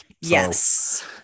yes